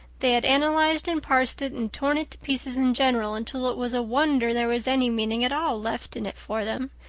they had analyzed and parsed it and torn it to pieces in general until it was a wonder there was any meaning at all left in it for them,